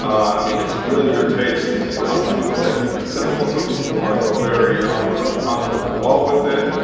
i mean it's really your taste you know some people say keep it simple some people want to go very off the off the wall with it.